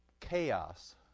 chaos